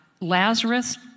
Lazarus